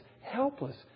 helpless